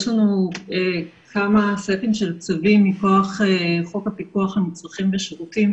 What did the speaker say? יש לנו כמה סטים של צווים מכוח חוק הפיקוח על מצרכים ושירותים,